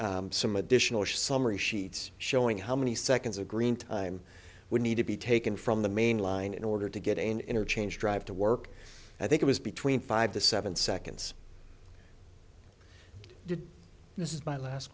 some additional if summary sheets showing how many seconds a green time would need to be taken from the mainline in order to get an interchange drive to work i think it was between five to seven seconds i did this is my last